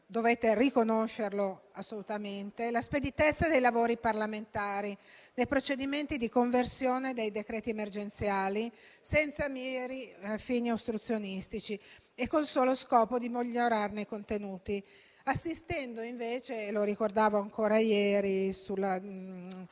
dovete riconoscerlo assolutamente - la speditezza dei lavori parlamentari per i procedimenti di conversione dei decreti emergenziali senza meri fini ostruzionistici e con il solo scopo di migliorarne i contenuti, assistendo invece - lo ricordavo ancora ieri